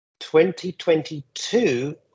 2022